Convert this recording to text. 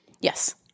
yes